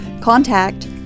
contact